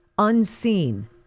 Unseen